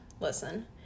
Listen